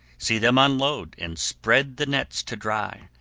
see them unload, and spread the nets to dry,